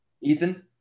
Ethan